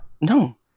No